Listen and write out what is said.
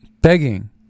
begging